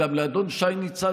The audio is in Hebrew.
גם לאדון שי ניצן,